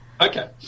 Okay